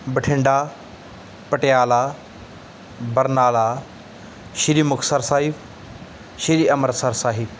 Bathinda Patiala Barnala Shri Muktsar Sahib Shri Amritsar Sahib